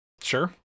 Sure